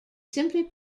simply